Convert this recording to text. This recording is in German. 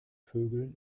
vögeln